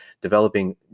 developing